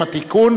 (חבלה שלא בעת מילוי תפקיד) (תיקון,